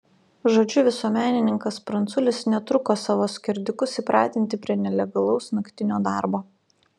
žodžiu visuomenininkas pranculis netruko savo skerdikus įpratinti prie nelegalaus naktinio darbo